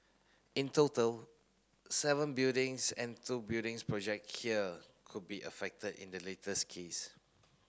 in total seven buildings and two buildings project here could be affected in the latest case